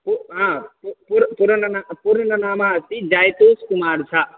पु पु पुर् पुर्णनाम पूर्णनाम अस्ति जायतोष् कुमार् झा